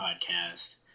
podcast